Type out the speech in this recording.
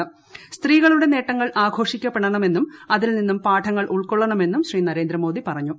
് സ്ത്രീകളുടെ നേട്ടങ്ങൾ ആഘോഷിക്കപ്പെടണമെന്നും അതിൽനിന്നും പാഠങ്ങൾ ഉൾക്കൊള്ളണമെന്നും ശ്രീ നരേന്ദ്രമോദി പറഞ്ഞു